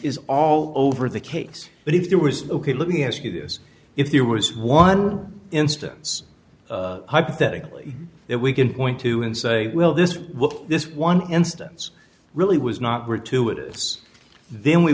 is all over the case but if there was ok let me ask you this if there was one instance hypothetically that we can point to and say well this what this one instance really was not gratuitous then we